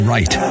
Right